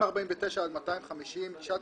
מה שאתה הסכמת, אתה הסכמת.